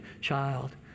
child